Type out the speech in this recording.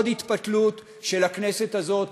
עוד התפתלות של הכנסת הזאת,